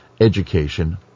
education